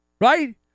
right